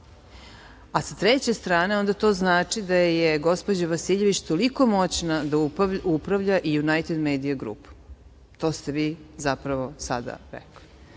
A sa treće strane, onda to znači da je gospođa Vasiljević toliko moćna da uprava i „Junajted Medija Grupom“. To ste vi zapravo sada